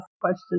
questions